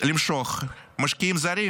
למשוך משקיעים זרים,